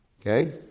Okay